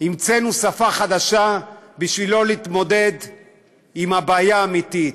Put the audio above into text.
המצאנו שפה חדשה בשביל שלא להתמודד עם הבעיה האמיתית.